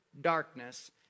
darkness